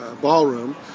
Ballroom